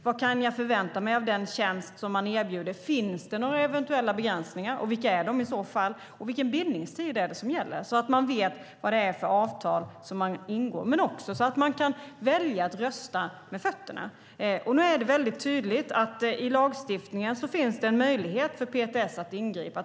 Vad kan jag förvänta mig av den tjänst som erbjuds? Finns det några eventuella begränsningar, och vilka är de i så fall? Vilken bindningstid är det som gäller? Då vet man vad det är för avtal man ingår och kan också välja att rösta med fötterna. Nu är det väldigt tydligt i lagstiftningen att det finns en möjlighet för PTS att ingripa.